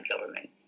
government